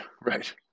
Right